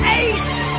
ace